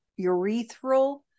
urethral